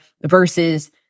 versus